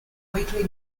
weekly